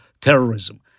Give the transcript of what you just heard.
terrorism